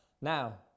Now